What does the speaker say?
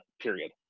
period